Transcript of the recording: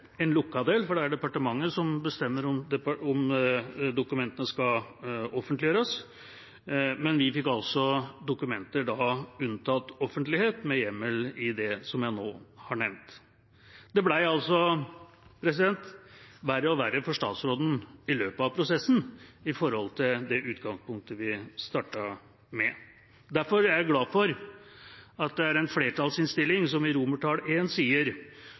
en lukket del, for det er departementet som bestemmer om dokumentene skal offentliggjøres, men vi fikk dokumenter unntatt offentligheten med hjemmel i det jeg nå har nevnt. Det ble altså verre og verre for statsråden i løpet av prosessen i forhold til det utgangspunktet vi startet med. Derfor er jeg glad for at det er en flertallsinnstilling som i I sier: